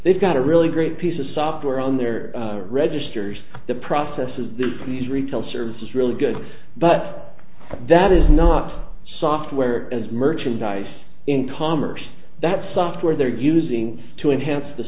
they've got a really great piece of software on their registers the processes that please retail service is really good but that is not software as merchandise in commerce that software they're using to enhance the